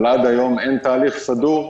אין תהליך סדור.